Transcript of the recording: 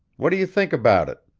what do you think about it?